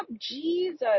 Jesus